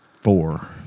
four